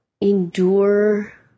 endure